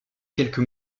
quelques